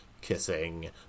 kissing